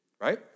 right